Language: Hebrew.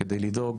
לדאוג